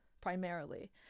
primarily